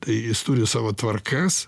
tai jis turi savo tvarkas